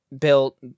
built